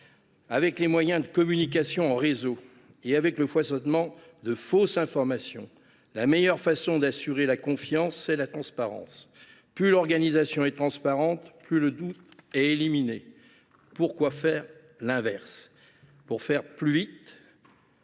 tenu des moyens de communication en réseau et du foisonnement de fausses informations, le meilleur moyen d’assurer la confiance est la transparence : plus l’organisation sera transparente, plus le doute sera éliminé. Dès lors, pourquoi faire l’inverse ? Pour faire plus vite,